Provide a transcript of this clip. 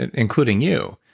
and including you,